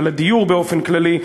ועל הדיור באופן כללי,